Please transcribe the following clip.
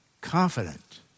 Confident